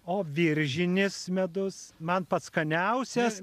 o viržinis medus man pats skaniausias